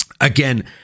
again